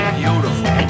beautiful